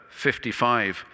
55